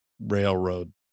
railroad